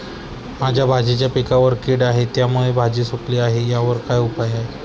माझ्या भाजीच्या पिकावर कीड आहे त्यामुळे भाजी सुकली आहे यावर काय उपाय?